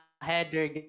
header